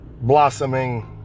blossoming